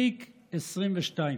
תיק 22,